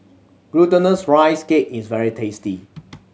Glutinous Rice Cake is very tasty